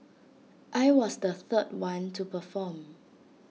I was the third one to perform